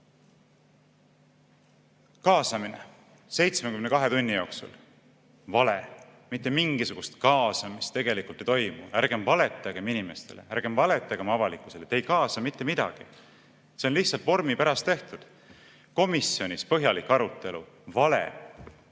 Kaasamine 72 tunni jooksul. Vale, mitte mingisugust kaasamist tegelikult ei toimu. Ärgem valetagem inimestele, ärgem valetagem avalikkusele! Te ei kaasa mitte midagi. See on lihtsalt vormi pärast tehtud. Komisjonis põhjalik arutelu. Vale!